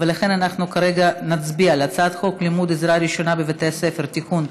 ולכן אנחנו כרגע נצביע על הצעת חוק לימוד עזרה ראשונה בבתי ספר (תיקון),